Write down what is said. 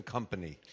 Company